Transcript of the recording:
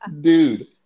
dude